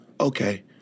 Okay